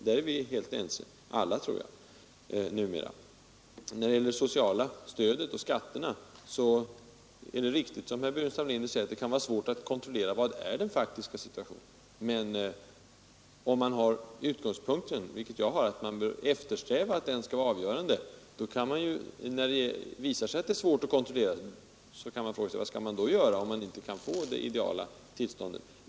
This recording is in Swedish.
Där är vi, tror jag, numera alla helt eniga. När det gäller det sociala stödet och skatterna är det riktigt, som herr Burenstam Linder säger, att det kan vara svårt att kontrollera den faktiska situationen. Men om man har den utgångspunkten — vilket jag har — att man bör eftersträva att den faktiska situationen skall vara avgörande, frågar man sig: Vad skall man göra om det visar sig svårt att kontrollera den och om man inte kan få det ideala tillståndet?